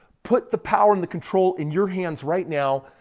put the power and the control in your hands right now.